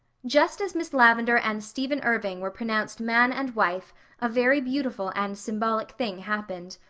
just as miss lavendar and stephen irving were pronounced man and wife a very beautiful and symbolic thing happened.